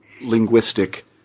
linguistic